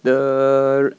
the